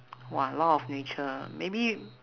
!wah! law of nature ah maybe